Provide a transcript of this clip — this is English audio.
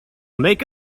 make